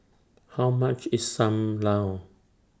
How much IS SAM Lau